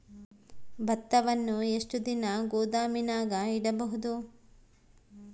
ಭತ್ತವನ್ನು ಎಷ್ಟು ದಿನ ಗೋದಾಮಿನಾಗ ಇಡಬಹುದು?